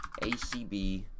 ACB